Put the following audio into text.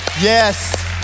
Yes